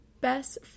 best